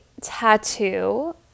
tattoo